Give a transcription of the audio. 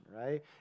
Right